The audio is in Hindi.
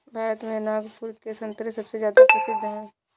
भारत में नागपुर के संतरे सबसे ज्यादा प्रसिद्ध हैं